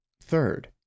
Third